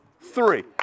three